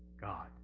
God